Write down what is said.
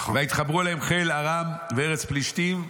"ויחברו אליהם חיל ארם וארץ הפלישתים"